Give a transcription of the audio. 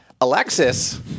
Alexis